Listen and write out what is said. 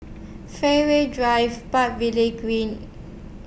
Fairways Drive Park Lee Green